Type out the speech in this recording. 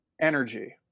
energy